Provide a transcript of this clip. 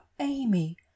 Amy